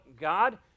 God